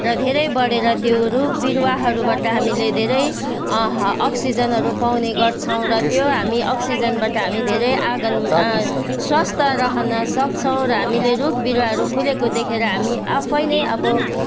र धेरै बढेर त्यो रुख बिरुवाहरूबाट हामीले धेरै अक्सिजनहरू पाउने गर्छौँ र त्यो हामी अक्सिजनबाट हामी धेरै आँगन स्वास्थ्य रहन सक्छौँ र हामीले रुख बिरुवाहरू फुलेको देखेर हामी आफै नै अब